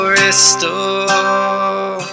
restore